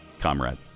comrade